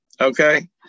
okay